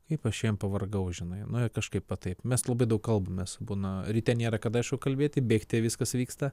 kaip aš šiandien pavargau žinai nu kažkaip va taip mes labai daug kalbamės būna ryte nėra kada aišku kalbėti bėgte viskas vyksta